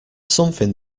something